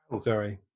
Sorry